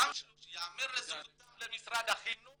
ייאמר לזכות משרד החינוך